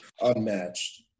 unmatched